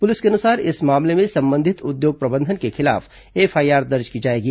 police के अनुसार इस मामले में संबंधित उद्योग प्रबंधन के खिलाफ एफआईआर दर्ज की जाएगी